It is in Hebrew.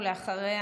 ואחריה,